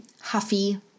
huffy